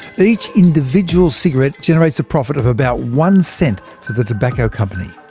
each individual cigarette generates a profit of about one cent for the tobacco company.